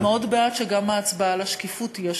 ואני מאוד בעד שגם ההצבעה על השקיפות תהיה שקופה.